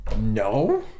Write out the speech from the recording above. no